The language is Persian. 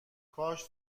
کاش